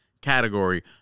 category